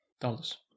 Dollars